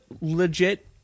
legit